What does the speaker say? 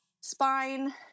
spine